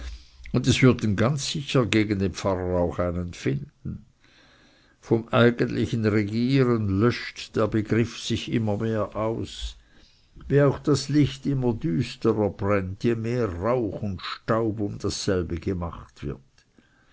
und würden ganz sicher gegen den pfarrer auch einen finden vom eigentlichen regieren löscht der begriff immer mehr aus wie auch das licht immer düsterer brennt je mehr rauch und staub um dasselbe gemacht wird